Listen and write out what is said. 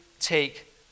take